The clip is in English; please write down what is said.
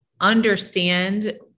understand